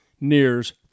nears